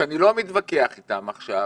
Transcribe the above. שאני לא מתווכח איתן עכשיו,